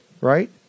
Right